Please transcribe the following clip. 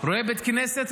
רואה בית כנסת,